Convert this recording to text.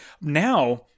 now